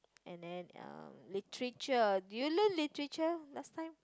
and then um Literature did you learn Literature last time